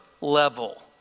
level